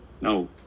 No